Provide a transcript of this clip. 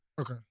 Okay